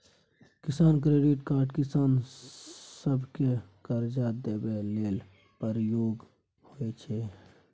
किसान credit card किसान सभकेँ करजा देबा लेल प्रयोग होइ छै